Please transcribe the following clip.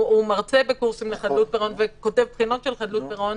הוא מרצה בקורסים של חדלות פירעון וכותב בחינות של חדלות פירעון,